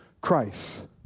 Christ